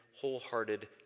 wholehearted